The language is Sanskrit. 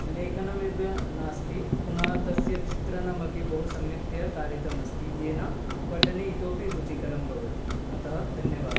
लेखनमेव नास्ति पुनः तस्य चित्रणमपि बहु सम्यक्तया कारितमस्ति येन पठने इतोऽपि रुचिकरं भवति अतः धन्यवादः